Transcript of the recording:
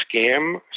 scam